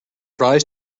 rise